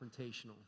confrontational